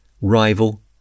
rival